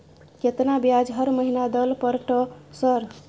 केतना ब्याज हर महीना दल पर ट सर?